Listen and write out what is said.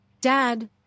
Dad